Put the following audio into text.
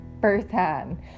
firsthand